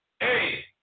hey